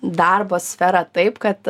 darbo sferą taip kad